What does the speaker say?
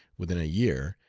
within a year,